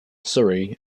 surrey